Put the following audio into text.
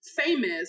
famous